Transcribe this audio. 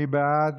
מי בעד?